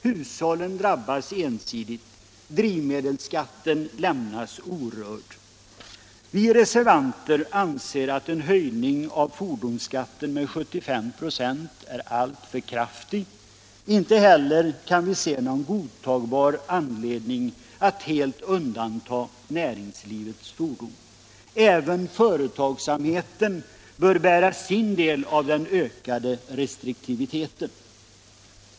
Hushållen drabbas ensidigt, men drivmedelsskatten lämnas orörd. Vi reservanter anser att en höjning av fordonsskatten med 75 96 är alltför kraftig. Inte heller kan vi se någon godtagbar anledning att helt undanta näringslivets fordon. Även företagsamheten bör bära sin del av den ökade restriktiviteten.